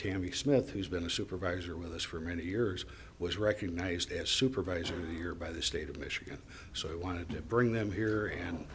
tammy smith who's been a supervisor with us for many years was recognized as supervisor year by the state of michigan so i wanted to bring them here and